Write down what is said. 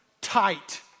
tight